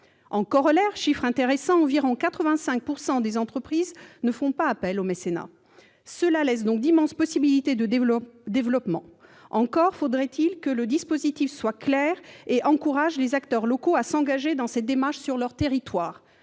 Autre chiffre intéressant, environ 85 % des entreprises ne font pas appel au mécénat. Cela laisse donc d'immenses possibilités de développement. Encore faudrait-il que le dispositif soit clair et encourage les acteurs locaux à s'engager dans cette démarche sur leur territoire